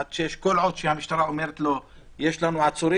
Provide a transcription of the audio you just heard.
עד 18:00. כל עוד שהמשטרה אומרת לו: יש לנו עצורים